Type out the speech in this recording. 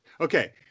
okay